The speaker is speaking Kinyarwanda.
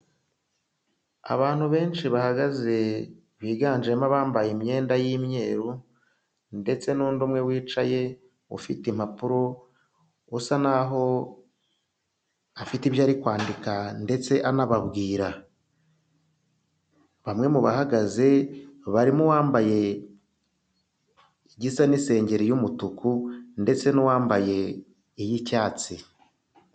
Abantu benshi bahagaze biganjemo abambaye imyenda y'imyeru ndetse n'undi umwe wicaye ufite impapuro usa naho afite ibyo ari kwandika ndetse anababwira, bamwe mu bahagaze barimouwambaye igisa n'isengeri y'umutuku ndetse n'uwambaye iy'icyatsi.